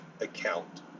account